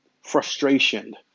frustration